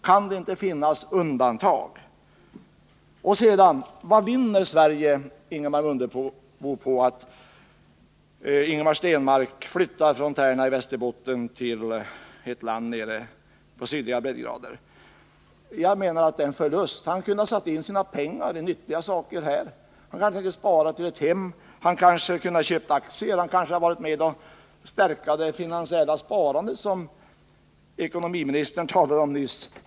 Kan det inte finnas undantag? Vad vinner Sverige, Ingemar Mundebo, på att Ingemar Stenmark flyttar från Tärnaby i Västerbotten till ett land på sydligare breddgrader? Jag menar att det är en förlust att han gör det. Han kunde ha satsat sina pengar i nyttiga saker — han kunde ha sparat till ett hem, han kanske kunde ha köpt aktier, och han kunde ha varit med och stärkt det finansiella sparande som ekonomiministern talade om nyss.